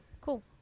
Cool